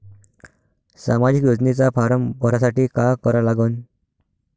सामाजिक योजनेचा फारम भरासाठी का करा लागन?